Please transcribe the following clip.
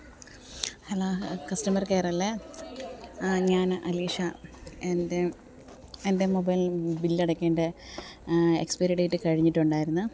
hello customer care അല്ലേ ആ ഞാൻ അലീഷ എൻ്റെ എൻ്റെ മൊബൈൽ ബില്ല് അടയ്ക്കേണ്ട എക്സ്പ്പയറി ഡേയ്റ്റ് കഴിഞ്ഞിട്ടുണ്ടായിരുന്നു